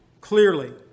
clearly